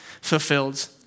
fulfilled